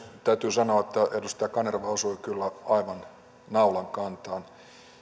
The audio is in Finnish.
täytyy sanoa että edustaja kanerva osui kyllä aivan naulan kantaan